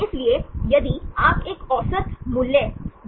इसलिए यदि आप एक औसत मूल्य बनाते हैं